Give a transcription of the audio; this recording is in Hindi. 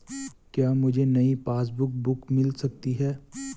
क्या मुझे नयी पासबुक बुक मिल सकती है?